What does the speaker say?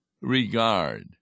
regard